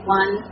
one